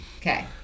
Okay